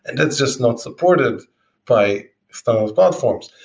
and that's just not supported by those platforms.